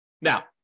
now